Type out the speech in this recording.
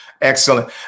Excellent